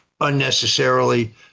unnecessarily